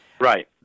right